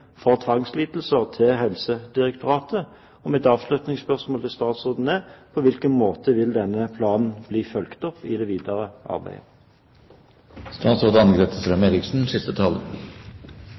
for tvangslidelser til Helsedirektoratet, og mitt avslutningsspørsmål til statsråden er: På hvilken måte vil denne planen bli fulgt opp i det videre arbeidet? For å ta tak i det siste